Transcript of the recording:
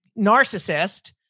narcissist